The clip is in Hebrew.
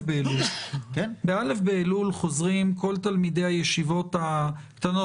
בא' באלול חוזרים כל תלמידי הישיבות הקטנות.